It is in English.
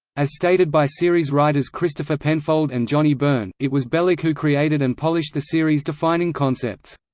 as stated by series writers christopher penfold and johnny byrne, it was bellak who created and polished the series' defining concepts.